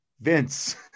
vince